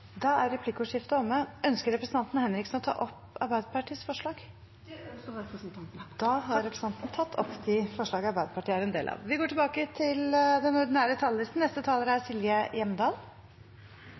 Da er replikkordskiftet omme. Ønsker representanten Kari Henriksen å ta opp Arbeiderpartiets forslag? Det ønsker representanten. Da har representanten Kari Henriksen tatt opp de forslagene Arbeiderpartiet